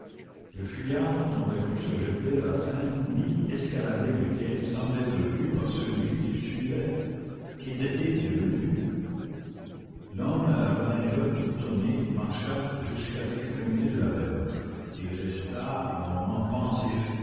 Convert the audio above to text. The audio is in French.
le fuyard n'aurait pu se jeter à la seine ni escalader le quai sans être vu par celui qui le suivait qu'était-il devenu l'homme à la redingote boutonnée marcha jusqu'à l'extrémité de la berge et y resta un moment pensif